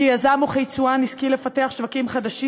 כיזם וכיצואן השכיל לפתח שווקים חדשים